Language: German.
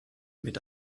mit